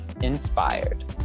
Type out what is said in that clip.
inspired